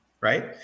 right